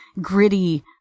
gritty